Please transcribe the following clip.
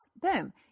boom